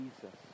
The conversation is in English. Jesus